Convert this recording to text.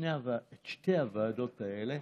שתי הוועדות האלה,